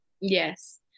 Yes